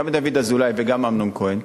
גם את דוד אזולאי וגם אמנון כהן.